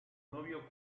novio